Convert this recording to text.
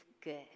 good